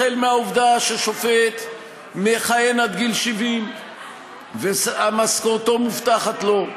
החל בעובדה ששופט מכהן עד גיל 70 ומשכורתו מובטחת לו,